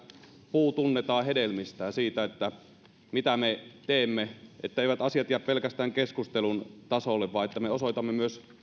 puu tunnetaan hedelmistään siitä mitä me teemme etteivät asiat jää pelkästään keskustelun tasolle vaan että me osoitamme myös